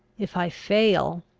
if i fail,